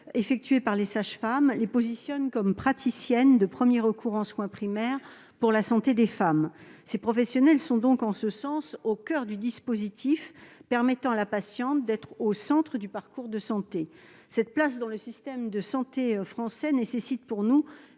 effectuées par les sages-femmes les positionnent comme praticienne de premier recours en soins primaires pour la santé des femmes. Ces professionnels sont donc au coeur du dispositif permettant à la patiente d'être au centre du parcours de santé. Cette place dans le système de santé français nécessite selon nous